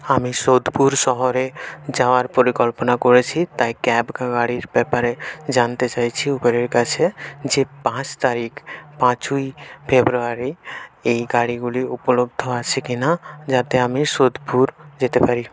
আমি সোদপুর শহরে যাওয়ার পরিকল্পনা করেছি তাই ক্যাব গাড়ির ব্যাপারে জানতে চাইছি উবেরের কাছে যে পাঁচ তারিখ পাঁচই ফেব্রুয়ারি এই গাড়িগুলি উপলব্ধ আছে কিনা যাতে আমি সোদপুর যেতে পারি